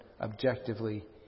objectively